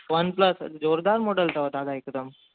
one plus ज़ोरदार model अथव दादा हिकदमि